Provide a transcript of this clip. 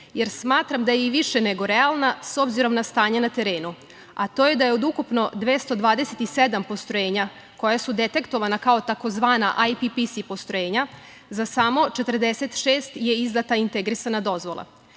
jer smatram da je i više nego realno, s obzirom na stanje na terenu, a to je da je od ukupno 227 postrojenja koja su detektovana kao tzv. IPPC postrojenja za samo 46 je izdata integrisana dozvola.